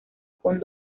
con